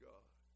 God